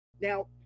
now